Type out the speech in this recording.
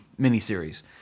miniseries